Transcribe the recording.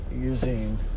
using